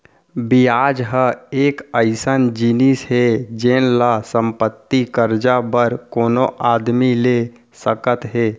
बियाज ह एक अइसन जिनिस हे जेन ल संपत्ति, करजा बर कोनो आदमी ले सकत हें